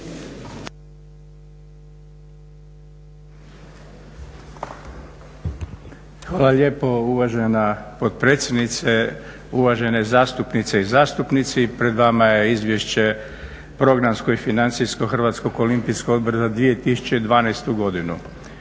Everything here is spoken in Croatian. Hvala lijepo uvažena potpredsjednice, uvažene zastupnice i zastupnici pred vama je izvješće programsko i financijsko Hrvatskog olimpijskog odbora za 2012. godinu.